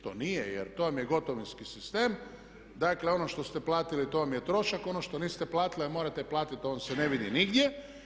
To nije jer to vam je gotovinski sistem, dakle ono što ste platili to vam je trošak ono što niste platili a morate platiti to vam se ne vidi nigdje.